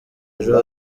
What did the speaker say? ejo